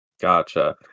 Gotcha